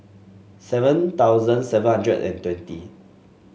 seven thousand seven hundred and twenty